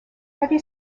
heavy